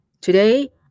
Today